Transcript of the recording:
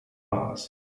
mars